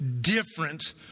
different